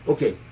Okay